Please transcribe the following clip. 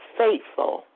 faithful